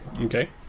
Okay